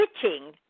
switching